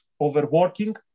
overworking